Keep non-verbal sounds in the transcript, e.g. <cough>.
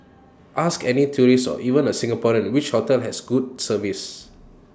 <noise> ask any tourist or even A Singaporean which hotel has good service